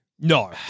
No